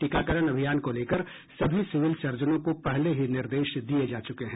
टीकाकरण अभियान को लेकर सभी सिविल सर्जनों को पहले ही निर्देश दिये जा चुके हैं